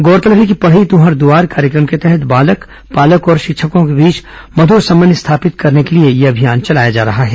गौरतलब है कि पढ़ई तुंहर दुआर कार्यक्रम के तहत बालक पालक और शिक्षकों के बीच मधुर संबंध स्थापित करने के लिए यह अभियान चलाया जा रहा है